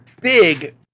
big